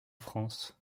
france